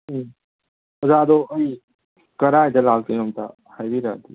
ꯎꯝ ꯑꯣꯖꯥꯗꯣ ꯎꯝ ꯀꯗꯥꯏꯗ ꯂꯥꯛꯇꯣꯏꯅꯣ ꯑꯝꯇ ꯍꯥꯏꯕꯤꯔꯛꯑꯗꯤ